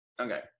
Okay